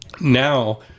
Now